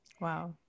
Wow